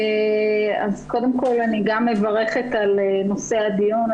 קודם כל אני גם מברכת על נושא הדיון.